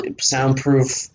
soundproof